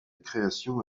création